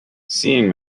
seeing